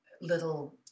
little